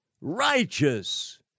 righteous